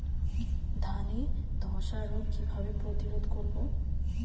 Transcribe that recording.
ধানে ধ্বসা রোগ কিভাবে প্রতিরোধ করব?